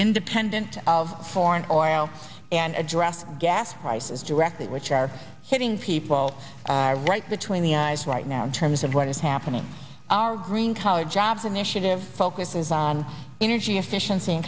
independent of foreign oil and addressing gas prices directly which are hitting people are right between the eyes right now in terms of what is happening our green collar jobs initiative focuses on energy efficiency and